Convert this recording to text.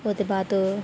ओह्दे बाद